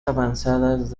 avanzadas